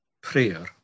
prayer